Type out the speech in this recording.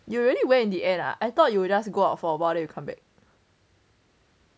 you really went in the end ah I thought you will just go out for a while then you come back